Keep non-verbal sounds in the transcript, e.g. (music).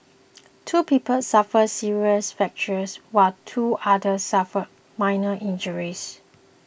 (noise) two people suffered serious fractures while two others suffered minor injuries